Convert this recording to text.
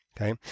Okay